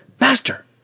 Master